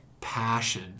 passion